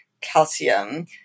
calcium